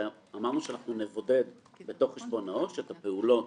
אמרנו שאנחנו נבודד בתוך חשבון העו"ש את הפעולות